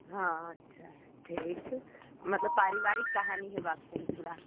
हँ अच्छा ठीक मतलब पारिवारिक कहानी हेबाक चाही पूरा